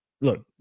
Look